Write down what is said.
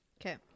Okay